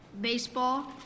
baseball